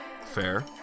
Fair